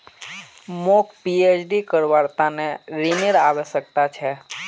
मौक पीएचडी करवार त न ऋनेर आवश्यकता छ